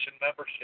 membership